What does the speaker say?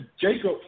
Jacob